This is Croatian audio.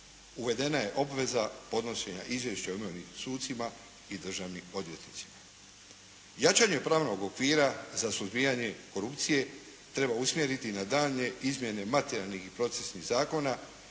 Uvedena je obveza podnošenja izvješća o imovini sucima i državnim odvjetnicima. Jačanje pravnog okvira za suzbijanje korupcije treba usmjeriti na daljnje izmjene materijalnih i procesnih zakona